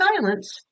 silence